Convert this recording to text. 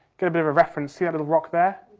give a bit of a reference, see a little rock there,